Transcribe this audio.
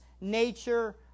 nature